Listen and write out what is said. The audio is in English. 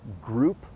group